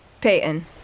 Peyton